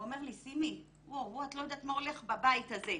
הוא אומר לי, סימי, את לא יודעת מה הולך בבית הזה.